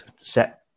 set